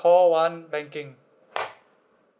call one banking